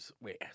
Wait